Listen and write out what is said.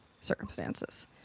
circumstances